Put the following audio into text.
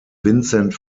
vincent